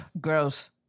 Gross